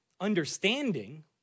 understanding